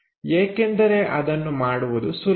ಏಕೆಂದರೆ ಅದನ್ನು ಮಾಡುವುದು ಸುಲಭ